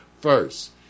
first